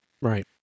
right